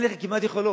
אין לך כמעט יכולות.